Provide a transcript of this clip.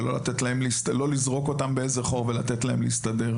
ולא לזרוק אותן לאיזה חור ולתת להן להסתדר